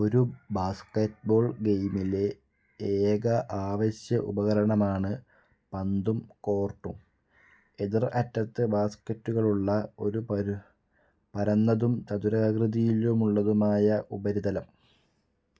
ഒരു ബാസ്കറ്റ്ബോൾ ഗെയിമിലെ ഏക ആവശ്യ ഉപകരണമാണ് പന്തും കോർട്ടും എതിർ അറ്റത്ത് ബാസ്കറ്റുകളുള്ള ഒരു പര പരന്നതും ചതുരാകൃതിയിലുള്ളതുമായ ഉപരിതലം